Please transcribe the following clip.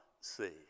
see